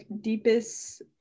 deepest